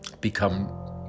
become